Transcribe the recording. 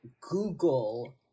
Google